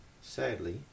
sadly